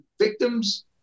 victims